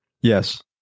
Yes